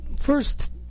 first